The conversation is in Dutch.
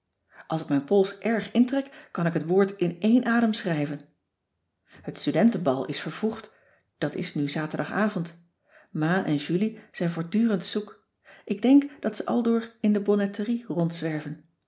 als ik mijn pols erg intrek kan ik het woord in éen adem schrijven het studentenbal is vervroegd dat is nu zaterdagavond ma en julie zijn voortdurend zoek ik denk dat ze aldoor in de bonnetterie rondzwerven